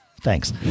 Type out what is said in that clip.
thanks